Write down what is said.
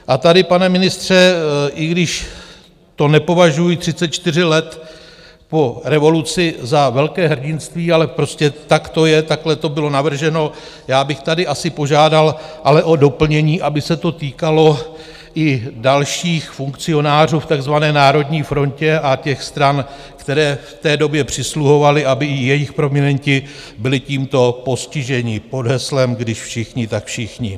A tady, pane ministře, i když to nepovažuji 34 let po revoluci za velké hrdinství, ale prostě tak to je, takhle to bylo navrženo, já bych tady asi požádal ale o doplnění, aby se to týkalo i dalších funkcionářů v takzvané Národní frontě a těch stran, které v té době přisluhovaly, aby jejich prominenti byli tímto postiženi pod heslem když všichni, tak všichni.